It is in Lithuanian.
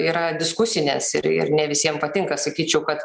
yra diskusinės ir ir ne visiem patinka sakyčiau kad